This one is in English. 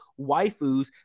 waifus